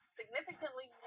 significantly